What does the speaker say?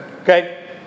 Okay